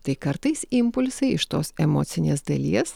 tai kartais impulsai iš tos emocinės dalies